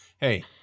Hey